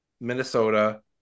Minnesota